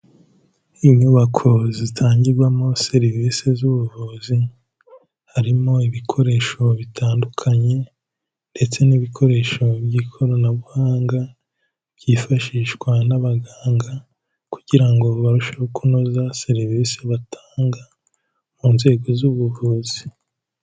Inyubako zitangirwamo serivisi z'ubuvuzi, harimo ibikoresho bitandukanye ndetse n'ibikoresho by'ikoranabuhanga byifashishwa n'abaganga kugira ngo barusheho kunoza serivisi batanga mu nzego z'ubuvuzi.